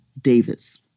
Davis